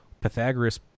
pythagoras